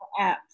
apps